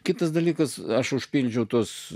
kitas dalykas aš užpildžiau tuos